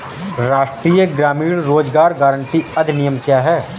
राष्ट्रीय ग्रामीण रोज़गार गारंटी अधिनियम क्या है?